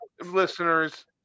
listeners